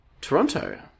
Toronto